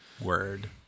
Word